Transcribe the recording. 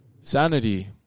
sanity